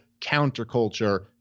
counterculture